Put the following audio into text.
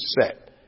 set